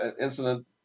incident